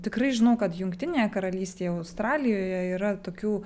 tikrai žinau kad jungtinėje karalystėje australijoje yra tokių